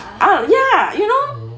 um ya you know